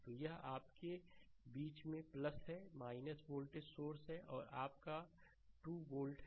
तो यह आपके बीच में है यह वोल्टेज सोर्स है और यह आपका 2 वोल्ट है